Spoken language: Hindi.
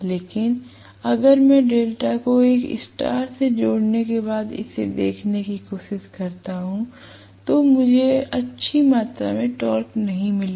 लेकिन अगर मैं डेल्टा को एक स्टार से जोड़ने के बाद इसे देखने की कोशिश करता हूं तो मुझे अच्छी मात्रा में टॉर्क नहीं मिलेगा